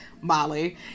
Molly